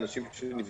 את האנשים שנפגעו,